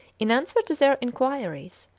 in answer to their inquiries,